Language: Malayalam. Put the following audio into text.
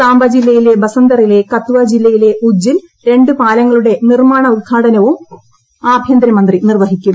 സാംബ ജില്ലയിലെ ബസന്തറിലെ കത്തുവ ജില്ലയിലെ ഉജ്ജിൽ രണ്ട് പാലങ്ങളുടെ നിർമ്മാണ ഉദ്ഘാടനവും ആഭ്യന്തരമന്ത്രി നിർവ്വഹിക്കും